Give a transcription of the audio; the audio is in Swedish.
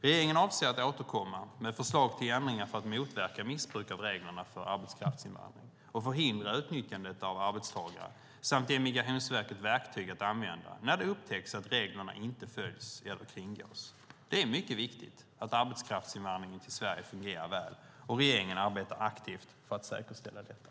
Regeringen avser att återkomma med förslag till ändringar för att motverka missbruk av reglerna för arbetskraftsinvandring och förhindra utnyttjande av arbetstagare samt ge Migrationsverket verktyg att använda när det upptäcks att reglerna inte följs eller kringgås. Det är mycket viktigt att arbetskraftsinvandringen till Sverige fungerar väl, och regeringen arbetar aktivt för att säkerställa detta.